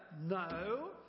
No